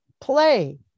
play